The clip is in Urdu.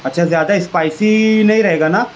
اچھا زیادہ اسپائسی نہیں رہے گا نا